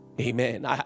Amen